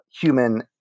human